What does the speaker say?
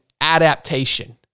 adaptation